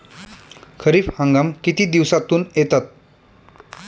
खरीप हंगाम किती दिवसातून येतात?